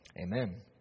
Amen